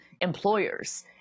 employers